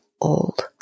old